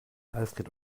alfred